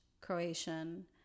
Croatian